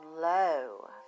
low